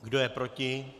Kdo je proti?